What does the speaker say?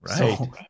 Right